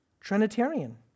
Trinitarian